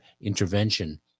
Intervention